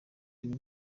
iyi